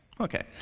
Okay